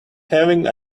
having